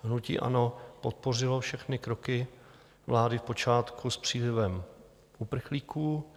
Hnutí ANO podpořilo všechny kroky vlády v počátku s přílivem uprchlíků.